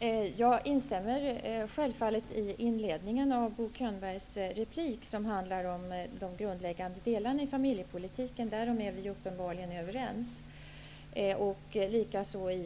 Herr talman! Jag instämmer självfallet i inledningen av Bo Könbergs inlägg som handlar om de grundläggande delarna i familjepolitiken. Där är vi uppenbarligen överens. Likaså är